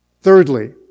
Thirdly